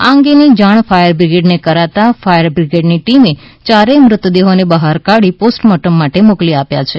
આ અંગેની જાણ ફાયરબિગ્રેડને કરાતા ફાયરબિગ્રેડની ટીમે ચારેથ મૃતદેહો બહાર કાઢી પોસ્ટમોર્ટમ માટે મોકલી આપ્યા છે